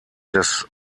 des